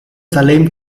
salem